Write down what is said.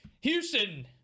Houston